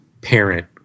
parent